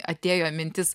atėjo mintis